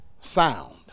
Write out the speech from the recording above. sound